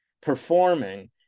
performing